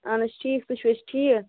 اَہَن حظ ٹھیٖک تُہۍ چھِو حظ ٹھیٖک